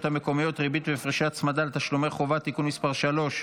המקומיות (ריבית והפרשי הצמדה על תשלומי חובה) (תיקון מס' 3),